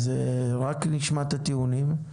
אז רק נשמע את הטיעונים.